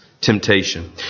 temptation